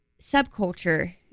subculture